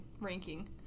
ranking